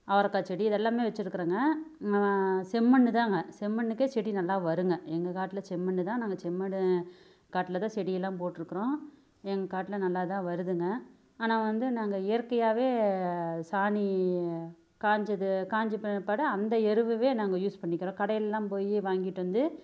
அவரக்காய் செடி இது எல்லாமே வச்சிருக்குறேங்க நா செம்மண் தாங்க செம்மண்ணுக்கே செடி நல்லா வருங்க எங்கள் காட்டில செம்மண் தான் நாங்கள் செம்மண் காட்டில தான் செடி எல்லாம் போட்டிருக்குறோம் எங்கள் காட்டில நல்லா தான் வருதுங்க ஆனால் வந்து நாங்கள் இயற்கையாகவே சாணி காஞ்சது காஞ்சு பட அந்த எருவவே நாங்கள் யூஸ் பண்ணிக்கிறோம் கடையிலலாம் போய் வாங்கிட்டு வந்து